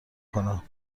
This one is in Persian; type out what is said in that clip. کنم